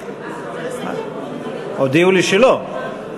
אנחנו, הודיעו לי שלא.